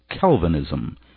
Calvinism